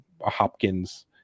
Hopkins